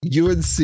UNC